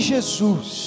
Jesus